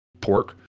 pork